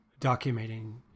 documenting